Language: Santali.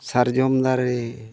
ᱥᱟᱨᱡᱚᱢ ᱫᱟᱨᱮ